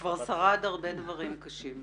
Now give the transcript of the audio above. הוא כבר שרד הרבה דברים קשים.